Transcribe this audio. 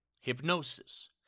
Hypnosis